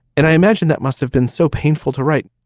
and i imagine that must have been so painful to write.